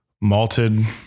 malted